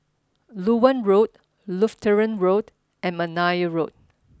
Loewen Road Lutheran Road and McNair Road